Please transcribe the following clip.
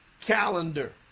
calendar